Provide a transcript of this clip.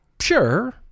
Sure